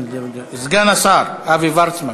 סגן השר אבי וורצמן.